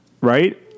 right